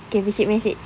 okay picit message